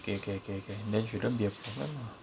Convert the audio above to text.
okay K K K then shouldn't be a problem ah